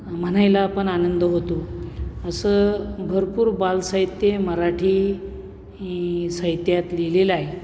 म्हणायला पण आनंद होतो असं भरपूर बालसाहित्य मराठी साहित्यात लिहिलेलं आहे